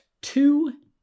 two